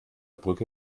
brücke